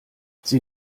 sie